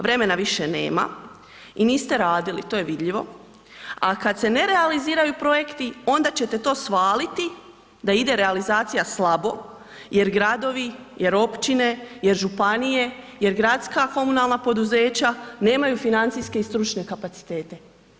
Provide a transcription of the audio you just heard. Vremena više nema i niste radili, to je vidljivo, a kad se ne realiziraju projekti, onda ćete to svaliti da ide realizacija slabo jer gradovi, jer općine, jer županije, jer gradska komunalna poduzeća nemaju financijske i stručne kapacitete.